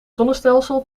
zonnestelsel